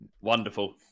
Wonderful